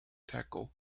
tackle